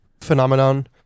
phenomenon